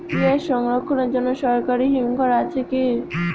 পিয়াজ সংরক্ষণের জন্য সরকারি হিমঘর আছে কি?